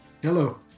Hello